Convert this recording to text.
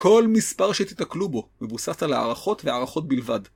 כל מספר שתיתקלו בו, מבוסס על הערכות והערכות בלבד.